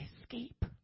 escape